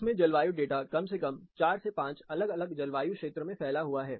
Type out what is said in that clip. इसमें जलवायु डाटा कम से कम 4 से 5 अलग अलग जलवायु क्षेत्र में फैला हुआ है